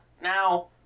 Now